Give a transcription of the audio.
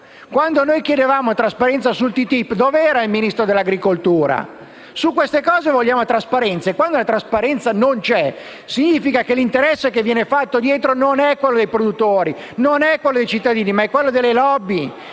quando noi chiedevamo trasparenza sul TTIP, dov'era il Ministro dell'agricoltura? Su queste cose vogliamo trasparenza e, quando la trasparenza non c'è, significa che l'interesse che sta dietro non è quello dei produttori, non è quello dei cittadini, ma è quello delle *lobby*